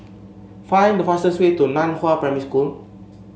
find the fastest way to Nan Hua Primary School